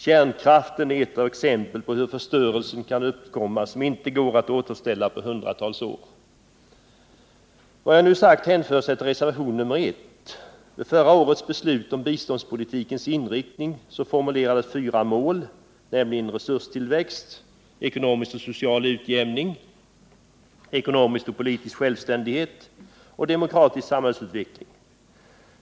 Kärnkraften är ett exempel på hur förstörelse kan uppkomma som inte går att reparera på hundratals år. Vad jag nu sagt hänför sig till reservationen 1. Vid förra årets beslut om biståndspolitikens inriktning formulerades fyra mål, nämligen resurstillväxt, ekonomisk och social utjämning, ekonomisk och politisk självständighet samt demokratisk samhällsutveckling.